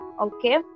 okay